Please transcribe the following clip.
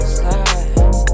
slide